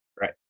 Right